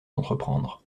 entreprendre